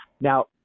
Now